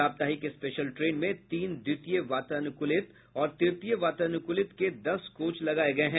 साप्ताहिक special train में तीन द्वितीय वातानुकूलित और तृतीय वातानुकूलित के दस कोच लगाये गये हैं